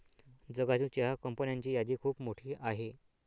जगातील चहा कंपन्यांची यादी खूप मोठी आहे